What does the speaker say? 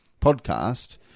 podcast